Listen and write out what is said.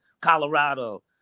colorado